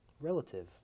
relative